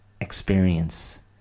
experience